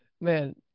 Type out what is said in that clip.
Man